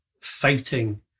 fighting